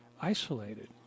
isolated